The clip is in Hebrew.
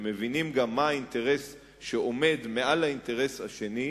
ומבינים גם מה האינטרס שעומד מעל האינטרס השני,